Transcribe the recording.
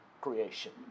creation